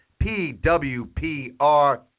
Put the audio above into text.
PWPR